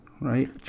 right